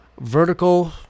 vertical